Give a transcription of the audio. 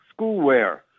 Schoolwear